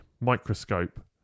microscope